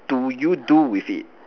do you do with it